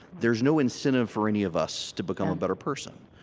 there's no incentive for any of us to become a better person.